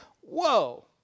whoa